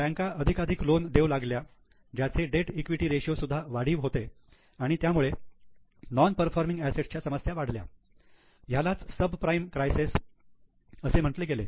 बँका अधिकाधिक लोन देऊ लागल्या ज्याचे डेट इक्विटी रेषीय सुद्धा वाढीव होते आणि त्यामुळे नोन परफॉर्मिंग असेट्स च्या समस्या वाढल्या ह्यालाच सबप्राईम क्राईसेस असे म्हटले गेले